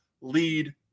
lead